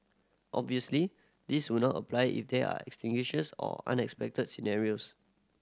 obviously this will not apply if there are extinguishes or unexpected scenarios